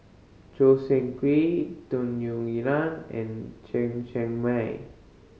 Choo Seng Quee Tung Yue and Chen Chen Mei